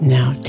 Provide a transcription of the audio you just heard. Now